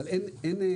אבל אין עצירות.